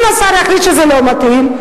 אם השר יחליט שזה לא מתאים,